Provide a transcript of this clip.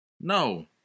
No